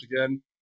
again